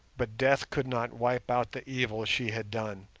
but death could not wipe out the evil she had done,